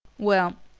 well,